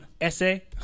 essay